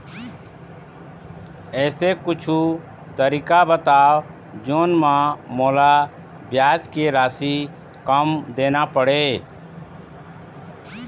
ऐसे कुछू तरीका बताव जोन म मोला ब्याज के राशि कम देना पड़े?